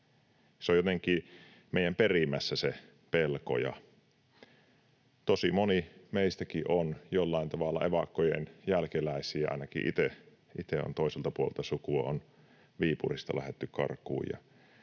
on jotenkin meidän perimässä. Tosi moni meistäkin on jollain tavalla evakkojen jälkeläisiä, ainakin itse olen toiselta puolelta sukua: on Viipurista lähdetty karkuun.